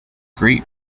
great